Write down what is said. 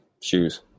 Shoes